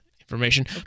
information